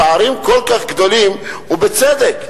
הפערים כל כך גדולים, ובצדק.